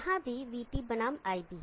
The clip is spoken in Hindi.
यहाँ भी vT बनाम iBहै